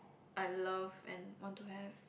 I love and want to have